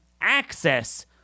access –